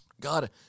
God